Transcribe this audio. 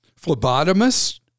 Phlebotomist